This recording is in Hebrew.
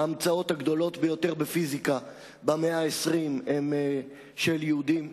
ההמצאות הגדולות ביותר בפיזיקה במאה ה-20 הן של יהודים,